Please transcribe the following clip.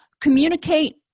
Communicate